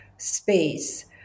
space